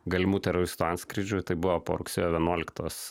galimų teroristų antskrydžių tai buvo po rugsėjo vienuoliktos